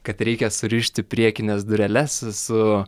kad reikia surišti priekines dureles su